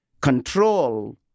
control